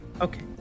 Okay